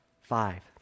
five